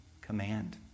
command